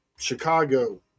Chicago